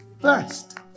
first